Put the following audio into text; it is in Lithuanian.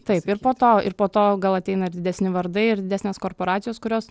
taip ir po to ir po to gal ateina ir didesni vardai ir didesnės korporacijos kurios